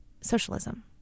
socialism